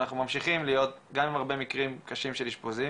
אנחנו ממשיכים להיות גם עם הרבה מקרים קשים של אשפוזים,